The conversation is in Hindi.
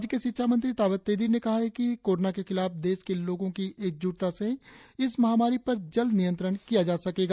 राज्य के शिक्षा मंत्री ताबा तेदिर ने कहा है कि कोरोना के खिलाफ्ह देश के लोगों की एकज्टता से इस महामारी पर जल्द नियंत्रण किया जा सकेगा